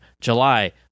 July